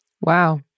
Wow